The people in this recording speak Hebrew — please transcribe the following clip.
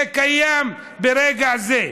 זה קיים ברגע זה.